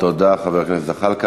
תודה, חבר הכנסת זחאלקה.